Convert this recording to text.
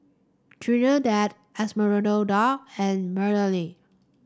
Trinidad Esmeralda and Mellie